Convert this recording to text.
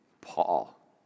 Paul